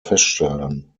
feststellen